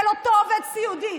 של אותו עובד סיעודי,